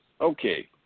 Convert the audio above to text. okay